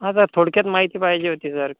आता थोडक्यात माहिती पाहिजे होती सर